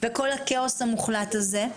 כל הכאוס המוחלט הזה.